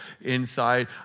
inside